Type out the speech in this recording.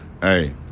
Hey